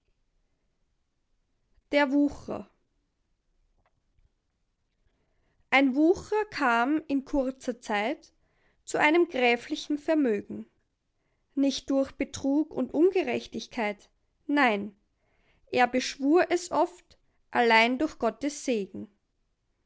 der wuchrer ein wuchrer kam in kurzer zeit zu einem gräflichen vermögen nicht durch betrug und ungerechtigkeit nein er beschwur es oft allein durch gottes segen